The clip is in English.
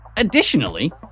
Additionally